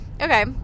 okay